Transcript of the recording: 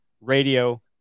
Radio